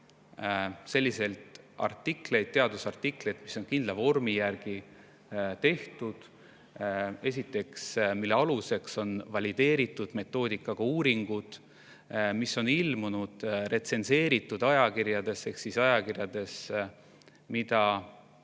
selliseid artikleid, teadusartikleid, mis on kindla vormi järgi tehtud. Esiteks, nende aluseks on valideeritud metoodikaga uuringud, mis on ilmunud retsenseeritud ajakirjades ehk ajakirjades, mida